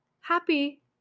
happy